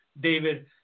David